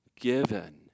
given